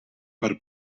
per